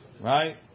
Right